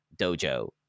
dojo